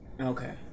Okay